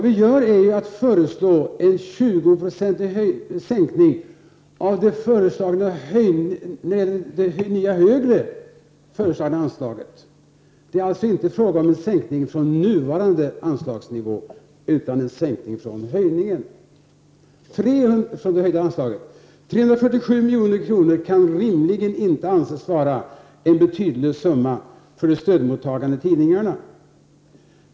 Vi föreslår en 20-procentig sänkning av den föreslagna höjningen av anslaget. Det är alltså inte fråga om en sänkning av det nuvarande anslaget, utan om en sänkning av det höjda anslaget. 347 milj.kr. kan för de stödmottagande tidningarna rimligen inte anses vara en betydelselös summa.